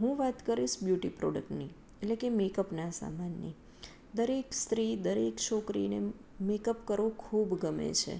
હું વાત કરીશ બ્યુટી પ્રોડક્ટની એટલે કે મેકઅપના સામાનની દરેક સ્ત્રી દરેક છોકરીને મેકઅપ કરવો ખૂબ ગમે છે